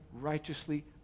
righteously